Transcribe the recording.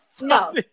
No